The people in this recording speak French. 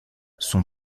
son